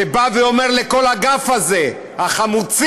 שבא ואומר לכל האגף הזה חמוצים,